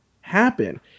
happen